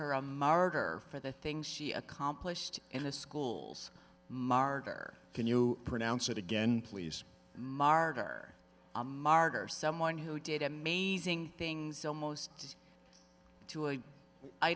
her a martyr for the things she accomplished in the schools martyr can you pronounce it again please martyr a martyr someone who did amazing things almost to a i